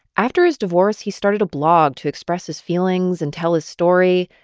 after his divorce, he started a blog to express his feelings and tell his story,